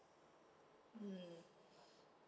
mm